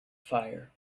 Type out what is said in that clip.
fire